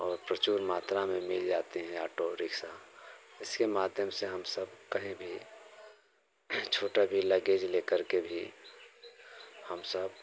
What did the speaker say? और प्रचुर मात्रा में मिल जाते हैं ऑटो रिक्शा इसके माध्यम से हम सब कहीं भी छोटा भी लगेज लेकर के भी हम सब